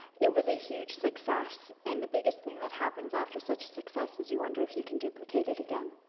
it was a huge success, and the biggest thing that happens after such a success is you wonder if you can duplicate it again.